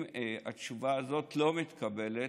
אם התשובה הזאת לא מתקבלת,